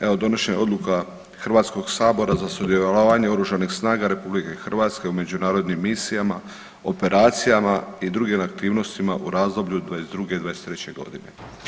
Evo donošenjem odluka HS za sudjelovanje oružanih snaga RH u međunarodnim misijama, operacijama i drugim aktivnostima u razdoblju od '22.-'23.g.